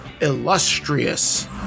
illustrious